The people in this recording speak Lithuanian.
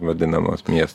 vadinamos miesto